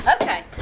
okay